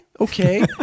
Okay